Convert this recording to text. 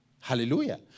Hallelujah